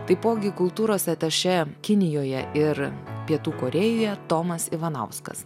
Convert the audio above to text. taipogi kultūros atašė kinijoje ir pietų korėjoje tomas ivanauskas